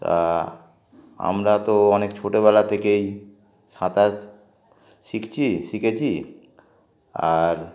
তা আমরা তো অনেক ছোটোবেলা থেকেই সাঁতার শিখছি শিখেছি আর